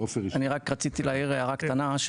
רק רציתי להעיר הערה קטנה.